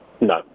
No